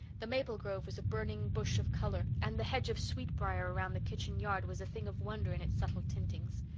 the maple grove was a burning bush of colour and the hedge of sweet-briar around the kitchen yard was a thing of wonder in its subtle tintings.